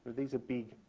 these are big,